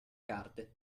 carte